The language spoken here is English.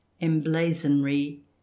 emblazonry